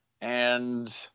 And-